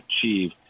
achieve